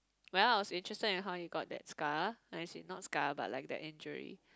well it's interested in how you got that scar as in not scar but like that injury